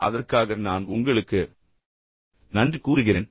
எனவே அதற்காக நான் உங்களுக்கு நன்றி கூறுகிறேன்